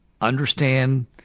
understand